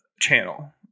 channel